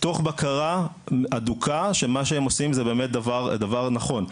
תוך בקרה הדוקה שמה שהם עושים זה באמת הדבר הנכון.